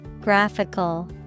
Graphical